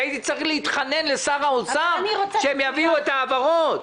אני הייתי צריך להתחנן לשר האוצר שיביאו את העברות.